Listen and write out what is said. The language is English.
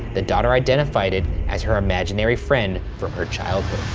the daughter identified it as her imaginary friend from her childhood.